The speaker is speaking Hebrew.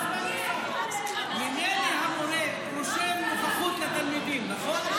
ממילא המורה רושם נוכחות לתלמידים, נכון?